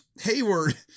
Hayward